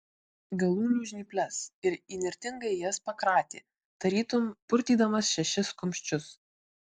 galūnių žnyples ir įnirtingai jas pakratė tarytum purtydamas šešis kumščius